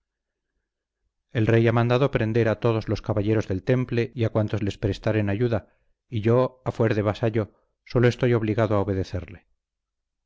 el rey ha mandado prender a todos los caballeros del temple y a cuantos les prestaren ayuda y yo a fuer de vasallo sólo estoy obligado a obedecerle